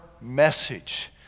message